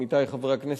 עמיתי חברי הכנסת,